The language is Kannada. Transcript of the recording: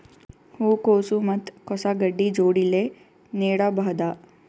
ಹೂ ಕೊಸು ಮತ್ ಕೊಸ ಗಡ್ಡಿ ಜೋಡಿಲ್ಲೆ ನೇಡಬಹ್ದ?